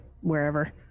wherever